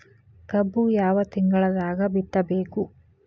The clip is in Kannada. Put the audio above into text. ಕಬ್ಬು ಯಾವ ತಿಂಗಳದಾಗ ಬಿತ್ತಬೇಕು?